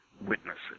witnesses